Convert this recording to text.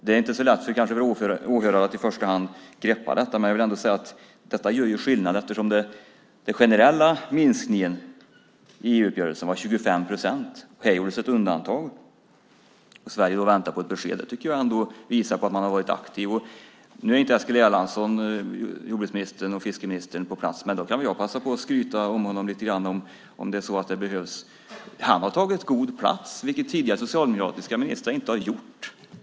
Det är kanske inte så lätt för åhörare att greppa detta, men jag vill ändå säga att det gör skillnad eftersom den generella minskningen i EU-uppgörelsen var 25 procent. Här gjordes ett undantag, och Sverige får vänta på ett besked. Det tycker jag ändå visar att man har varit aktiv. Nu är inte jordbruksminister och fiskeminister Eskil Erlandsson på plats, men då kan väl jag passa på och skryta om honom lite grann, om det är så att det behövs. Han har tagit god plats, vilket tidigare socialdemokratiska ministrar inte har gjort.